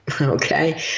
Okay